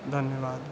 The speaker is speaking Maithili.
धन्यवाद